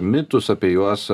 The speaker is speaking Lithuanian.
mitus apie juos